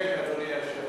צודק, אדוני היושב-ראש.